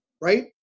right